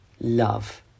love